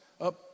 up